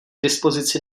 dispozici